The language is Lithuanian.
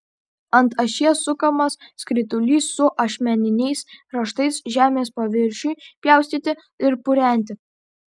ant ašies sukamas skritulys su ašmeniniais kraštais žemės paviršiui pjaustyti ir purenti